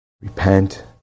repent